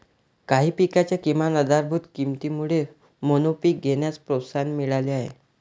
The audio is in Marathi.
काही पिकांच्या किमान आधारभूत किमतीमुळे मोनोपीक घेण्यास प्रोत्साहन मिळाले आहे